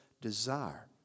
desire